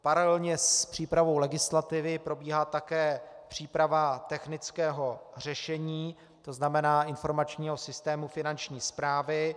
Paralelně s přípravou legislativy probíhá také příprava technického řešení, to znamená informačního systému finanční správy.